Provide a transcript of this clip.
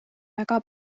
väga